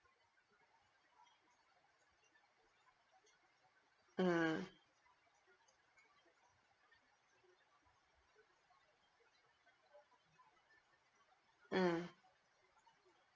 mm mm